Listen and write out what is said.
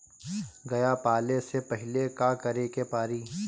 गया पाले से पहिले का करे के पारी?